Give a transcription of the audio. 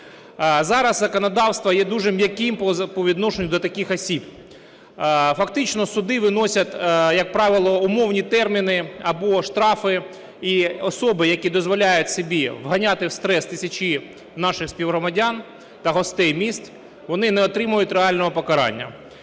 Зараз законодавство є дуже м'яким по відношенню до таких осіб. Фактично суди виносять, як правило, умовні терміни або штрафи і особи, які дозволяють собі вганяти в стрес тисячі наших співгромадян та гостей міст, вони не отримують реального покарання.